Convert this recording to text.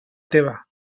teva